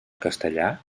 castellà